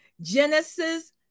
Genesis